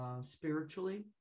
spiritually